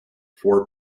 four